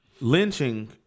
lynching